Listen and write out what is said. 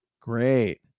great